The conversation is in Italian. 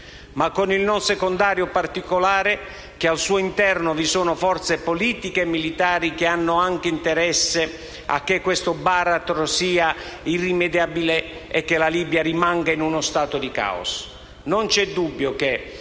ma con il non secondario particolare che al suo interno vi sono forze politiche e militari che hanno interesse a che questo baratro sia irrimediabile e che la Libia rimanga in uno stato di caos.